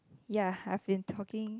ya I've been talking